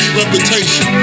reputation